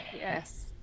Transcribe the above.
Yes